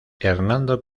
hernando